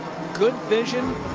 good vision.